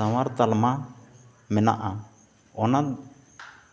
ᱥᱟᱶᱟᱨ ᱛᱟᱞᱢᱟ ᱢᱮᱱᱟᱜᱼᱟ ᱚᱱᱟ